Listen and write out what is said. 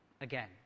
again